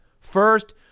First